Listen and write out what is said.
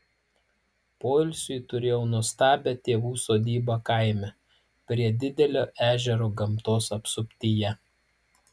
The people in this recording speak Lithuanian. poilsiui turėjau nuostabią tėvų sodybą kaime prie didelio ežero gamtos apsuptyje